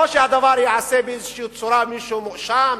לא שהדבר ייעשה אם מישהו מואשם,